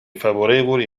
favorevoli